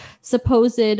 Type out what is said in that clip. supposed